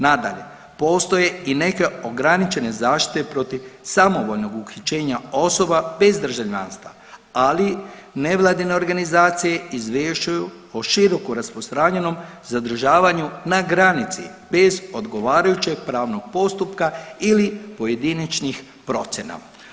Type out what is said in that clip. Nadalje, postoje i neke ograničene zaštite provi samovoljnog uhićenja osoba bez državljanstva, ali nevladine organizacije izvješćuju o široko rasprostranjenom zadržavanju na granici bez odgovarajućeg pravnog postupka ili pojedinačnih procjena.